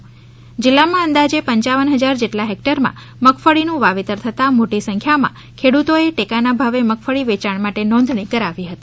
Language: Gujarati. અરવલ્લી જિલ્લામાં અંદાજે પંચાવન હજાર જેટલા હેક્ટરમાં મગફળીનું વાવેતર થતાં મોટી સંખ્યામાં ખેડૂતોએ ટેકાના ભાવે મગફળી વેચાણ માટે નોંધણી કરાવી હતી